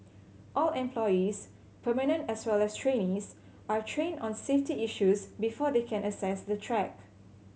all employees permanent as well as trainees are trained on safety issues before they can access the track